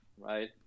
right